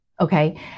Okay